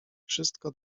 wszystko